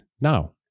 Now